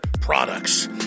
products